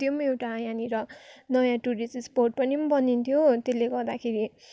त्यो एउटा यहाँनेर नयाँ टुरिस्ट स्पट पनि बनिन्थ्यो हो त्यसले गर्दाखेरि